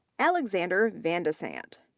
alexander van de sandt,